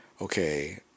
okay